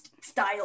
style